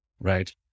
right